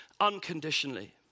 unconditionally